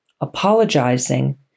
apologizing